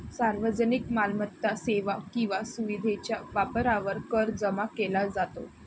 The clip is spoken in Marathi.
सार्वजनिक मालमत्ता, सेवा किंवा सुविधेच्या वापरावर कर जमा केला जातो